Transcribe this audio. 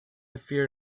fear